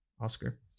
Oscar